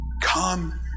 Come